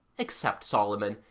except solomon,